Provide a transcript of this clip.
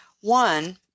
one